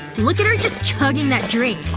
look at her just chugging that drink.